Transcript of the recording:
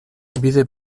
bide